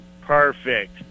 Perfect